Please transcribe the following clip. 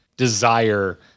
Desire